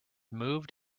moved